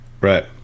right